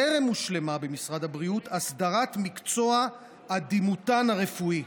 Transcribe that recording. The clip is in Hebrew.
טרם הושלמה במשרד הבריאות הסדרת מקצוע הדימותן הרפואי.